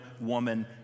woman